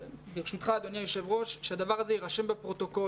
ברשותך אדוני היו"ר, שהדבר הזה יירשם בפרוטוקול.